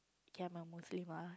kay I'm a muslim ah